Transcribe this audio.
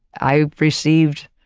i received,